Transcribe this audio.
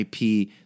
ip